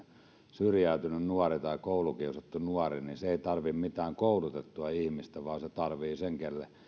syrjäytynyt nuori tai koulukiusattu nuori ei tarvitse mitään koulutettua ihmistä vaan hän tarvitsee sen sen